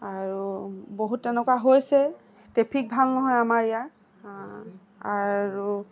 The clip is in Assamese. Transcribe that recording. আৰু বহুত তেনেকুৱা হৈছে ট্ৰেফিক ভাল নহয় আমাৰ ইয়াৰ আৰু